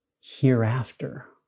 hereafter